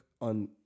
on